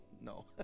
no